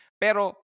Pero